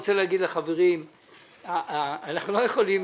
אני רוצה לומר לחברים שאנחנו לא יכולים